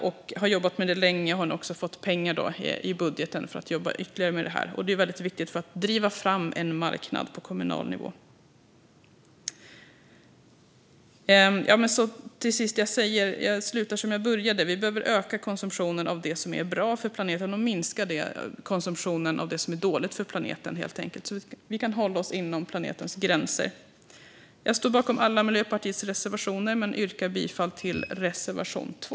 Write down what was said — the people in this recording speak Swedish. Man har jobbat länge med detta och har nu fått pengar i budgeten för att jobba ytterligare med det. Det är väldigt viktigt för att driva fram en marknad på kommunal nivå. Jag slutar som jag började: Vi behöver öka konsumtionen av det som är bra för planeten och minska konsumtionen av det som är dåligt för planeten, så att vi kan hålla oss inom planetens gränser. Jag står bakom alla Miljöpartiets reservationer men yrkar bifall endast till reservation 2.